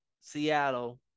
Seattle